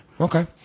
Okay